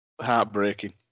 Heartbreaking